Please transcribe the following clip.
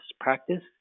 practice